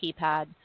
keypad